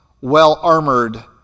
well-armored